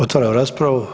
Otvaram raspravu.